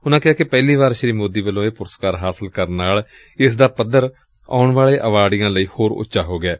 ਉਨੂਾ ਕਿਹਾ ਕਿ ਪਹਿਲੀ ਵਾਰ ਸ੍ਰੀ ਮੋਦੀ ਵੱਲੋਂ ਇਹ ਪੁਰਸਕਾਰ ਹਾਸਲ ਕਰਨ ਨਾਲ ਇਸ ਦਾ ਪੱਧਰ ਆਉਣ ਵਾਲੇ ਐਵਾਰਡੀਆਂ ਲਈ ਹੋਰ ਉੱਚਾ ਹੋ ਗਿਐ